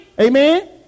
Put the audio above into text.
Amen